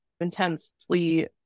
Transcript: intensely